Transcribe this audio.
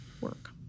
work